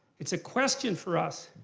it's a question for us.